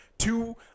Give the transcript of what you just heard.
two